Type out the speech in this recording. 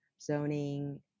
zoning